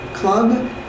Club